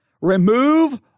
remove